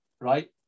right